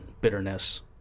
bitterness